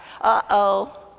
Uh-oh